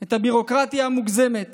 את הביורוקרטיה המוגזמת